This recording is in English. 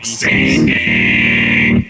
singing